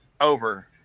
over